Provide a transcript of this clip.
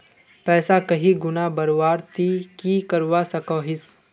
पैसा कहीं गुणा बढ़वार ती की करवा सकोहिस?